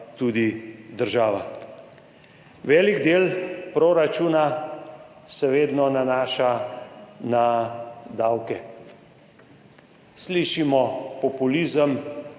tudi država. Velik del proračuna se vedno nanaša na davke. Slišimo populizem,